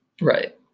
Right